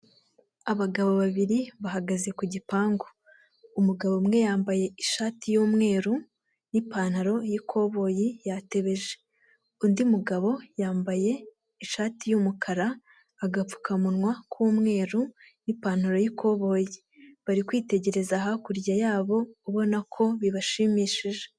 Abagabo babiri bahagaze ku gipangu, umugabo umwe yambaye ishati y'umweru n'ipantaro y'ikoboyi yatebeje, undi mugabo yambaye ishati y'umukara, agapfukamunwa k'umweru n'ipantaro y'ikoboyi, bari kwitegereza hakurya yabo ubona ko bibashimishije.